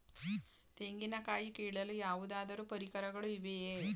ತೆಂಗಿನ ಕಾಯಿ ಕೀಳಲು ಯಾವುದಾದರು ಪರಿಕರಗಳು ಇವೆಯೇ?